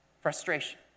frustration